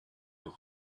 the